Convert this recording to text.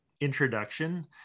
introduction